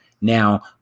now